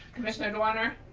commissioner doerner.